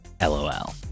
LOL